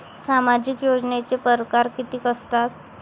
सामाजिक योजनेचे परकार कितीक असतात?